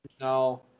No